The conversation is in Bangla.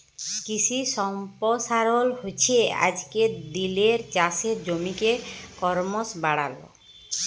কিশি সম্পরসারল হচ্যে আজকের দিলের চাষের জমিকে করমশ বাড়াল